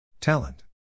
Talent